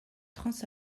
trans